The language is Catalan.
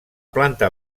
planta